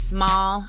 Small